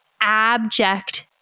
abject